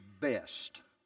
best